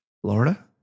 Florida